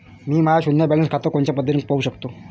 मी माय शुन्य बॅलन्स खातं कोनच्या पद्धतीनं पाहू शकतो?